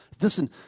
Listen